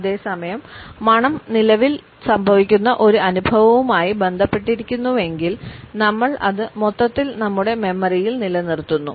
അതേ സമയം മണം നിലവിൽ സംഭവിക്കുന്ന ഒരു അനുഭവവുമായി ബന്ധപ്പെട്ടിരിക്കുന്നുവെങ്കിൽ നമ്മൾ അത് മൊത്തത്തിൽ നമ്മുടെ മെമ്മറിയിൽ നിലനിർത്തുന്നു